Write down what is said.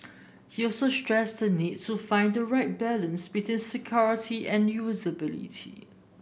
he also stressed the need to find the right balance between security and usability